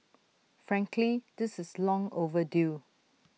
frankly this is long overdue